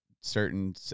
certain